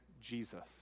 Jesus